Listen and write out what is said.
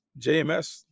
jms